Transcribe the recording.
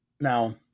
now